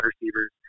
receivers